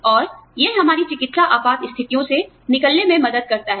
और यह हमारी चिकित्सा आपात स्थितियों से निकलने में मदद करता है